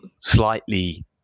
slightly